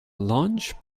launch